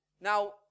Now